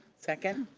second.